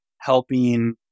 helping